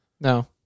No